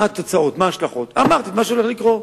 מה התוצאות, מה ההשלכות, אמרתי את מה שהולך לקרות.